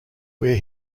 where